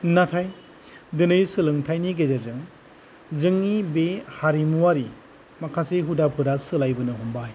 नाथाय दिनै सोलोंथाइनि गेजेरजों जोंनि बे हारिमुआरि माखासे हुदाफोरा सोलायबोनो हमबाय